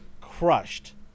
crushed